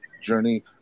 journey